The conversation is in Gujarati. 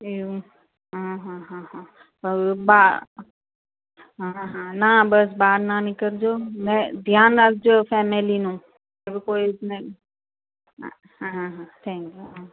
એવું હ હ હવે બહાર હા હા ના બસ બહાર ના નીકળજો ધ્યાન રાખજો ફેમીલીનું હવે કોઈ ને હા હા થેન્ક્યુ હં